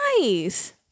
nice